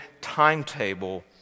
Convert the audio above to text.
timetable